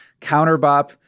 counterbop